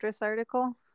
article